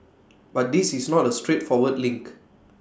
but this is not A straightforward link